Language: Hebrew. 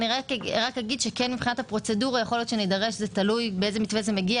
רק אגיד שיכול להיות שמבחינת הפרוצדורה תלוי באיזה מתווה זה מגיע